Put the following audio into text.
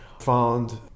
found